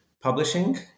publishing